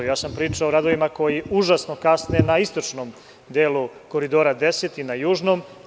Ja sam pričao o radovima koji užasno kasne na istočnom delu Koridora 10 i na južnom.